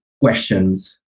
questions